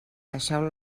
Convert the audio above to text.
deixeu